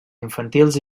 infantils